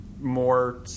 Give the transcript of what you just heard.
more